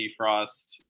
DeFrost